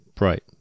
right